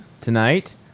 tonight